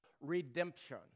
redemption